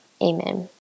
Amen